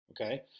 okay